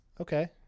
Okay